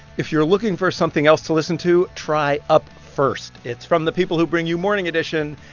if you're looking for something else to listen to, try up first. it's from the people who bring you morning edition,